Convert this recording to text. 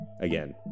Again